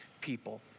people